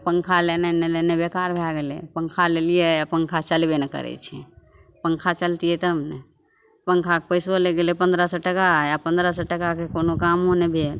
आओर पन्खा लेने नहि लेने बेकार भै गेलै पन्खा लेलिए आओर पन्खा चलबे नहि करै छै पन्खा चलतिए तब ने पन्खाके पइसो लगेलिए पनरह सओ टका आओर पनरह सओ टकाके कोनो कामो नहि भेल